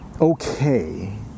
Okay